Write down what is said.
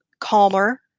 calmer